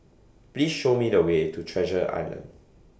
Please Show Me The Way to Treasure Island